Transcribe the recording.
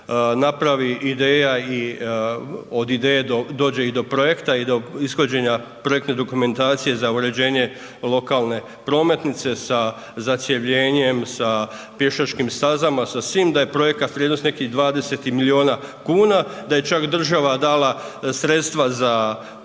napravi ideja i od ideje dođe i do projekta i do ishođenja projektne dokumentacije za uređenje lokalne prometnice sa zacjevljenjem, sa pješačkim stazama, sa svim, da je projekat vrijednost nekih 20 milijuna kuna, da je čak država dala sredstva za projektnu